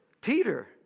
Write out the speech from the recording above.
Peter